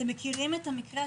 אתם מכירים את המקרה?